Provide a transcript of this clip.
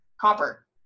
copper